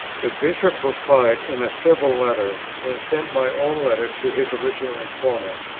the bishop replied in a civil letter, and sent my own letter to his original informant,